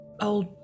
old